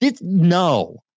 No